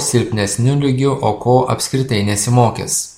silpnesniu lygiu o ko apskritai nesimokys